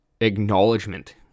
acknowledgement